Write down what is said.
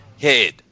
head